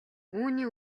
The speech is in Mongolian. үүний